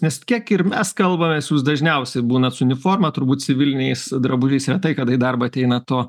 nes kiek ir mes kalbamės jūs dažniausiai būnat su uniforma turbūt civiliniais drabužiais retai kada į darbą ateinat o